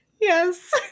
Yes